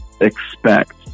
expect